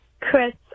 Chris